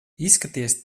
izskaties